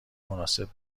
مناسب